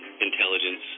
intelligence